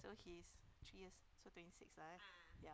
so he's three years so twenty six lah eh yeah